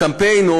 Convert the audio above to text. הקמפיין,